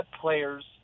player's